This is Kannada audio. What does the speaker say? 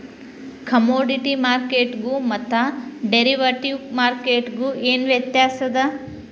ಕಾಮೊಡಿಟಿ ಮಾರ್ಕೆಟ್ಗು ಮತ್ತ ಡೆರಿವಟಿವ್ ಮಾರ್ಕೆಟ್ಗು ಏನ್ ವ್ಯತ್ಯಾಸದ?